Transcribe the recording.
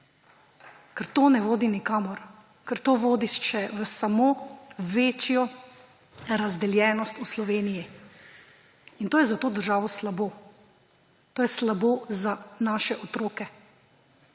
ker to ne vodi nikamor, ker to vodi v samo še večjo razdeljenost v Sloveniji; in to je za to državo slabo. To je slabo za naše otroke,